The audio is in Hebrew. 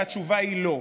התשובה היא לא.